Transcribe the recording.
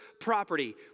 property